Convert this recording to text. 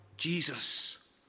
Jesus